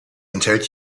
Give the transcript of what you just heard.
enthält